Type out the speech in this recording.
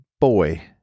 boy